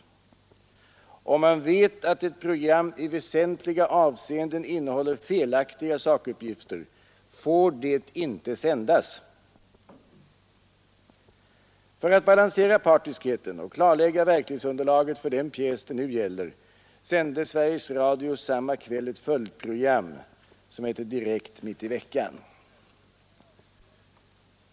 Om man vet att ett program i väsentliga avseenden innehåller felaktiga sakuppgifter får det inte sändas. För att balansera partiskheten och klarlägga verklighetsunderlaget för den pjäs det nu gäller sände Sveriges Radio samma kväll ett följdprogram, ”Direktmitt i veckan”.